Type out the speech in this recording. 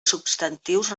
substantius